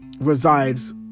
resides